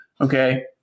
okay